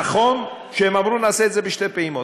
נכון שהם אמרו: נעשה את זה בשתי פעימות.